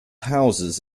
houses